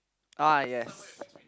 uh yes